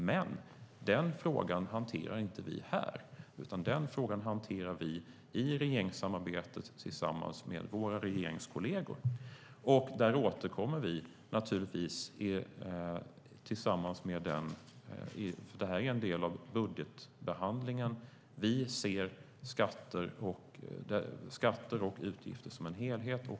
Men den frågan hanterar inte vi här, utan den frågan hanterar vi i regeringssamarbetet - tillsammans med våra regeringskolleger. Naturligtvis återkommer vi om detta. Det här är ju en del av budgetbehandlingen. Vi ser skatter och utgifter som en helhet.